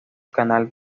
canal